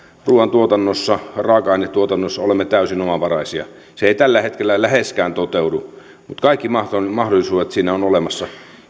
ruuantuotannossa raaka ainetuotannossa olemme täysin omavaraisia se ei tällä hetkellä läheskään toteudu mutta kaikki mahdollisuudet siihen on olemassa